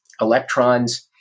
electrons